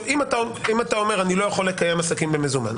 אם אתה אומר שאתה לא יכול לקיים עסקים במזומן.